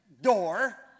door